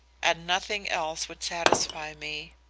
and nothing else would satisfy me.